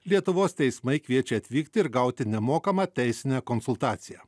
lietuvos teismai kviečia atvykti ir gauti nemokamą teisinę konsultaciją